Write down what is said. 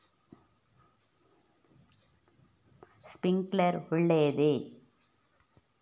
Sprinkler ಒಳ್ಳೇದೇ?